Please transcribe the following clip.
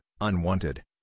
unwanted